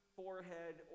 forehead